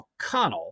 McConnell